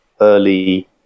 early